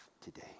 today